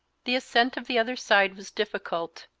the ascent of the other side was difficult,